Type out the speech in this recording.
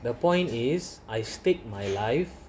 the point is I stake my life